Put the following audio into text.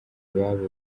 ababo